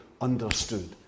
understood